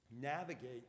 navigate